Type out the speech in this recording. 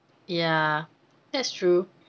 ya that's true